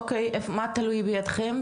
אוקיי, מה תלוי בידכם?